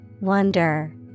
Wonder